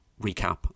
recap